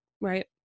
right